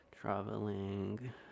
Traveling